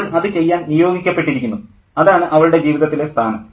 അവൾ അത് ചെയ്യാൻ നിയോഗിക്കപ്പെട്ടിരിക്കുന്നു അതാണ് അവളുടെ ജീവിതത്തിലെ സ്ഥാനം